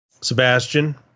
Sebastian